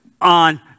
on